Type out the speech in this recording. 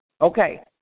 Okay